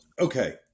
okay